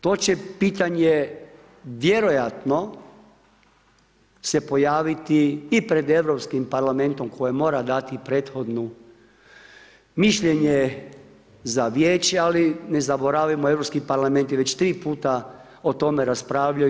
To će pitanje vjerojatno se pojaviti i pred Europskim parlamentom koje mora dati prethodno mišljenje za Vijeće, ali ne zaboravimo Europski parlament je već tri puta o tome raspravljaju.